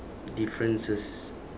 differences